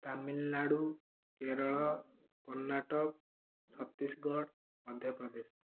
Tamil Nadu Kerala Karnataka Chhattisgarh Madhya Pradesh